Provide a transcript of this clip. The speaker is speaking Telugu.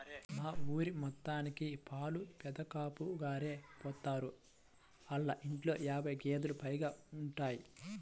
మా ఊరి మొత్తానికి పాలు పెదకాపుగారే పోత్తారు, ఆళ్ళ ఇంట్లో యాబై గేదేలు పైగా ఉంటయ్